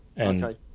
Okay